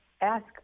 ask